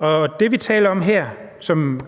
som vi taler om her, og som